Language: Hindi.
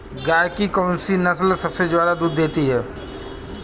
गाय की कौनसी नस्ल सबसे ज्यादा दूध देती है?